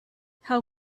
how